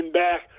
back